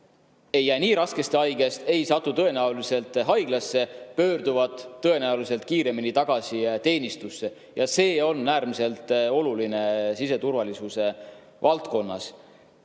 ei jää nii raskesti haigeks, ei satu tõenäoliselt haiglasse, pöörduvad tõenäoliselt kiiremini tagasi teenistusse. See on äärmiselt oluline siseturvalisuse valdkonnas. Ma